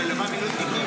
שמלווה מילואימניקים,